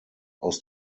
aus